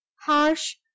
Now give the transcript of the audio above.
harsh